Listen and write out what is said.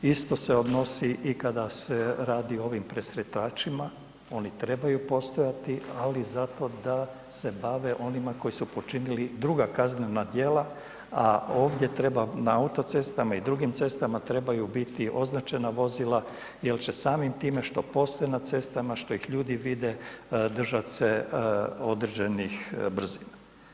Isto se odnosi i kada se radi o ovim presretačima, oni trebaju postojati zato da se bave onima koji su počinili druga kaznena djela a ovdje treba na autocestama i drugim cestama trebaju biti označena vozila jer će samim time što postoje na cestama, što ih ljudi vide držat se određenih brzina.